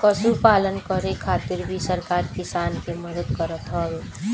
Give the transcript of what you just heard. पशुपालन करे खातिर भी सरकार किसान के मदद करत हवे